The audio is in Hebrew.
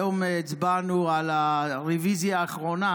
היום הצבענו על הרוויזיה האחרונה.